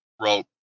wrote